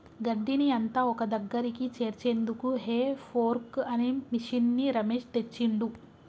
గడ్డిని అంత ఒక్కదగ్గరికి చేర్చేందుకు హే ఫోర్క్ అనే మిషిన్ని రమేష్ తెచ్చిండు